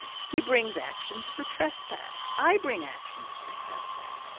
he brings actions for trespass i bring actions for trespass.